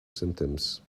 symptoms